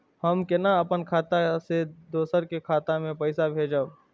हम केना अपन खाता से दोसर के खाता में पैसा भेजब?